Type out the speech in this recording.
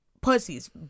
pussies